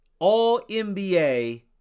All-NBA